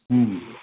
ହୁଁ